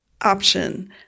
option